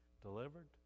delivered